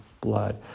blood